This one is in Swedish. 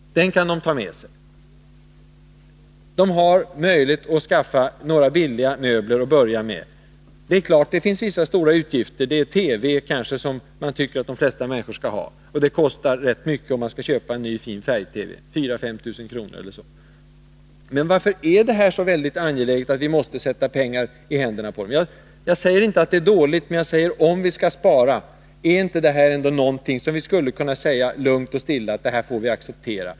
Den kan de ta med sig. De har möjlighet att skaffa några billiga möbler att börja med. Det finns vissa stora utgifter, t.ex. TV som man tycker att de flesta människor skall ha. En ny fin färg-TV kostar 4 000-5 000 kr. men varför är det så angeläget att sätta pengar i händerna på dem? När vi nu måste spara tycker jag att vi lugnt och stilla skulle kunna konstatera att detta besparingsobjekt får vi acceptera.